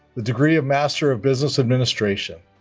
the degree of master of business administration